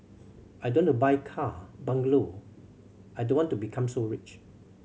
I don't to buy car bungalow I don't want to become so rich